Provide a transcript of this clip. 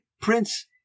Prince